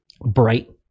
bright